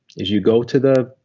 is you go to the.